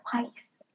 twice